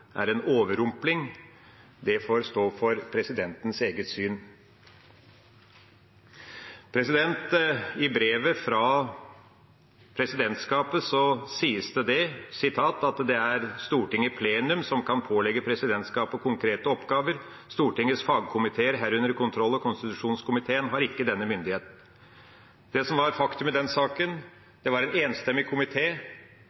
er en overrumpling, det får stå for stortingspresidentens eget syn. I brevet fra presidentskapet sies det: «Det er Stortinget i plenum som kan pålegge presidentskapet konkrete oppgaver. Stortingets fagkomiteer, herunder kontroll- og konstitusjonskomiteen, har ikke den myndigheten.» Det som var faktum i denne saken,